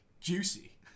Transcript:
Juicy